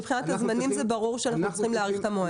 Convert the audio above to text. מבחינת הזמנים זה ברור שאנחנו צריכים להאריך את המועד.